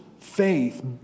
faith